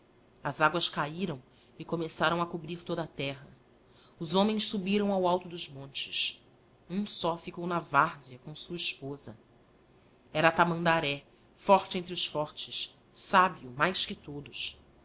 as aguas cahiram e começaram a cobrir toda a terra os homens subiram ao alto dos montes um só ficou na várzea com sua esposa era tamandaré forte entre os fortes sábio mais que todos